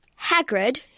Hagrid